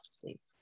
please